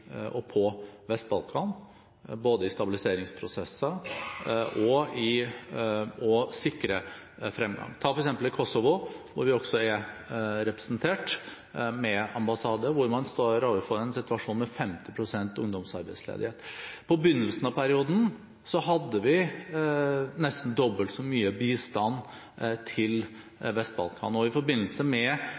rolle på Vest-Balkan både i stabiliseringsprosesser og i å sikre fremgang. Ta f.eks. Kosovo, hvor vi også er representert med ambassade, hvor man står overfor en situasjon med 50 pst. ungdomsarbeidsledighet. På begynnelsen av perioden hadde vi nesten dobbelt så mye bistand til Vest-Balkan. I forbindelse med